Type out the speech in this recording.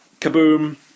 kaboom